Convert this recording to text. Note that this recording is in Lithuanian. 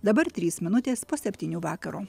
dabar trys minutės po septynių vakaro